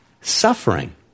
suffering